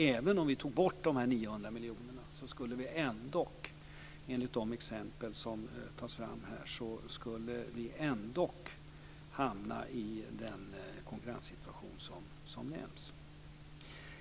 Även om vi tog bort de 900 miljonerna skulle vi ändock, enligt de exempel som tas fram här, hamna i den konkurrenssituation som nämns.